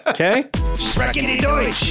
Okay